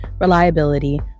reliability